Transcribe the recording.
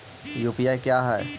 UPI का है?